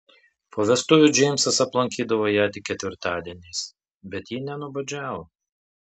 po vestuvių džeimsas aplankydavo ją tik ketvirtadieniais bet ji nenuobodžiavo